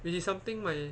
which is something my